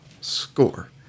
score